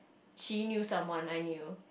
she knew someone I knew